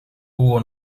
hubo